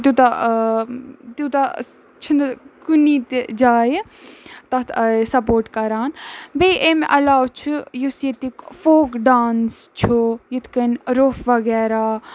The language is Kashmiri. تیوٗتاہ تیوٗتاہ چھِنہٕ کُنی تہِ جایہِ تَتھ سپوٹ کَران بیٚیہِ امہِ علاوٕ چھُ یُس ییٚتیُک فوک ڈانٕس چھُ یِتھ کٔنۍ روٚپھ وغیرہ